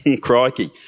Crikey